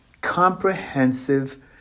comprehensive